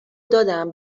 دادم